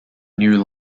new